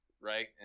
right